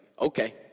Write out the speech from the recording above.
okay